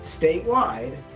statewide